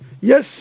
yes